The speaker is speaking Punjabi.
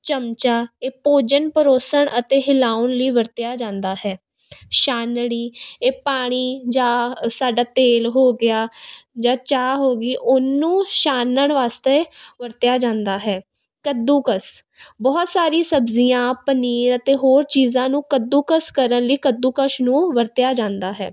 ਚਮਚਾ ਇਹ ਭੋਜਨ ਪਰੋਸਣ ਅਤੇ ਹਿਲਾਉਣ ਲਈ ਵਰਤਿਆ ਜਾਂਦਾ ਹੈ ਛਾਨਣੀ ਇਹ ਪਾਣੀ ਜਾਂ ਸਾਡਾ ਤੇਲ ਹੋ ਗਿਆ ਜਾਂ ਚਾਹ ਹੋ ਗਈ ਉਹਨੂੰ ਛਾਨਣ ਵਾਸਤੇ ਵਰਤਿਆ ਜਾਂਦਾ ਹੈ ਕੱਦੂਕਸ ਬਹੁਤ ਸਾਰੀ ਸਬਜ਼ੀਆਂ ਪਨੀਰ ਅਤੇ ਹੋਰ ਚੀਜ਼ਾਂ ਨੂੰ ਕੱਦੂਕਸ ਕਰਨ ਲਈ ਕੱਦੂਕਸ ਨੂੰ ਵਰਤਿਆ ਜਾਂਦਾ ਹੈ